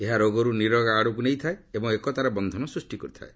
ଏହା ରୋଗର୍ ନିରୋଗ ଆଡ଼କୁ ନେଇଥାଏ ଏବଂ ଏକତାର ବନ୍ଧନ ସ୍କ୍ଷି କରିଥାଏ